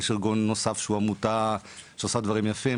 ויש ארגון נוסף שהוא עמותה שעושה דברים יפים,